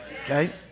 Okay